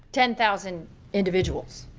ten thousand individuals.